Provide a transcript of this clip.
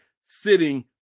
sitting